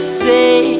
say